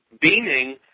beaming